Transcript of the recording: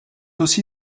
aussi